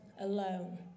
alone